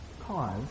cause